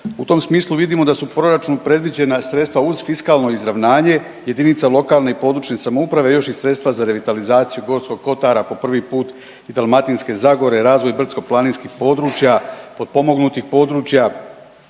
U tom smislu vidimo da su u proračunu predviđena sredstva uz fiskalno izravnanje jedinica lokalne i područne samouprave još i sredstva za revitalizaciju Gorskog kotara po prvi put i Dalmatinske zagore, razvoj brdsko-planinskih područja, potpomognutnih područja,